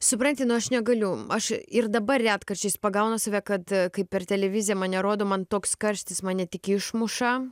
supranti nu aš negaliu aš ir dabar retkarčiais pagaunu save kad kai per televiziją mane rodo man toks karštis mane tik išmuša